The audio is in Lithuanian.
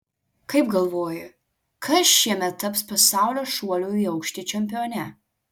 kaip galvoji kas šiemet taps pasaulio šuolių į aukštį čempione